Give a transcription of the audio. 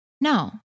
No